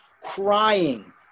crying